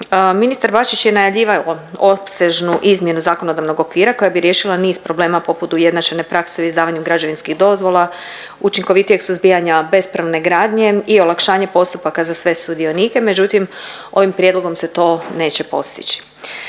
Ministar Bačić je najavljivao opsežnu izmjenu zakonodavnog okvira koja bi riješila niz problema poput ujednačene prakse u izdavanju građevinskih dozvola, učinkovitijeg suzbijanja bespravne gradnje i olakšanje postupaka za sve sudionike, međutim ovim prijedlogom se to neće postići.